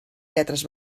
lletres